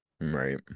Right